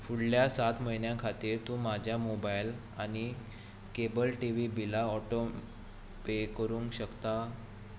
फुडल्या सात म्हयन्यां खातीर तूं म्हाज्या मोबायल आनी केबल टी व्ही बिलां ऑटो पे करूंक शकता